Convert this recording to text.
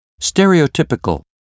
Stereotypical